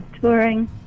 touring